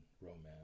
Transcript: romance